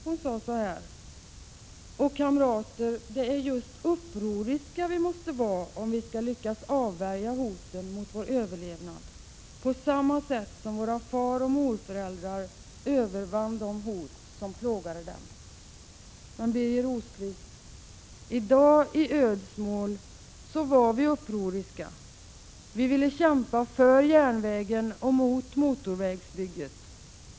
Hon sade så här: ”Och, kamrater, det är just upproriska vi måste vara om vi ska lyckas avvärja hoten mot vår överlevnad, på samma sätt som våra faroch morföräldrar övervann de hot, som plågade dem.” Birger Rosqvist! Vi var upproriska i dag i Ödsmål. Vi ville kämpa för järnvägen och mot motorvägsbygget.